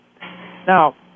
Now